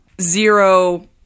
zero